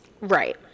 Right